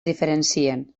diferencien